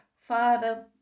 Father